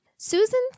Susan